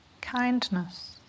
kindness